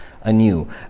anew